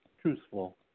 truthful